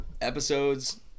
Episodes